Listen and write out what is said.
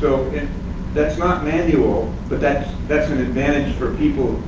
so and that's not manual but that's that's an advantage for people